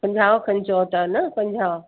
पंजाहु खनि चओ था न पंजाहु